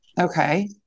Okay